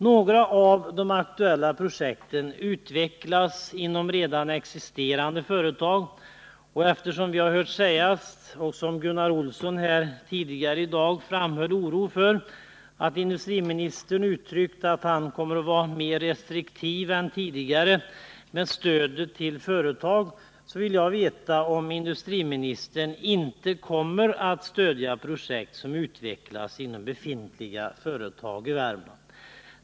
Några av de aktuella projekten utvecklas inom redan existerande företag. Eftersom vi hört sägas — något som Gunnar Olsson tidigare uttalade oro för — att industriministern uttalat att han kommer att vara mer restriktiv än tidigare med stödet till företag, vill jag veta om industriministern inte kommer att stödja projekt som utvecklas inom befintliga företag i Värmland.